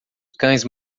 cães